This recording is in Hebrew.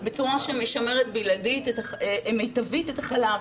בצורה שמשרת מיטבית את החלב,